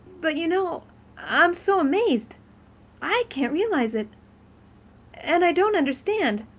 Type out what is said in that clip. but you know i'm so amazed i can't realize it and i don't understand.